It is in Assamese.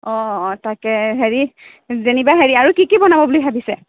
অঁ তাকে হেৰি যেনিবা হেৰি আৰু কি কি বনাব বুলি ভাবিছে